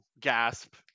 Gasp